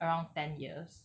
around ten years